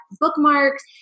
bookmarks